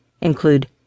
include